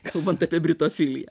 kalbant apie britofiliją